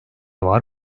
var